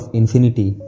infinity